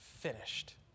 finished